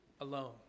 alone